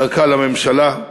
דרכה לממשלה.